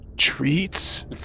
Treats